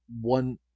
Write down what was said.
one